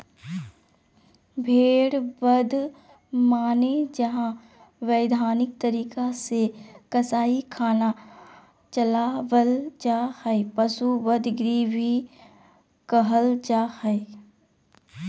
भेड़ बध माने जहां वैधानिक तरीका से कसाई खाना चलावल जा हई, पशु वध गृह भी कहल जा हई